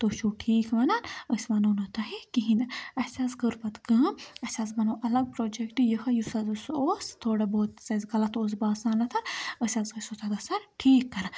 تُہۍ چھِو ٹھیٖک وَنان أسۍ وَنو نہٕ تۄہہِ کِہیٖنۍ نہٕ اَسہِ حظ کٔر پَتہٕ کٲم اَسہِ حظ بَنوو الَگ پروجَکٹ یِہے یُس ہَسا سُہ اوس تھوڑا بہت یُس اَسہِ غلط اوس باسان أسۍ حظ ٲسۍ سُہ تَتھ گژھان ٹھیٖک کَران